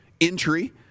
entry